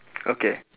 okay